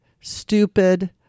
stupid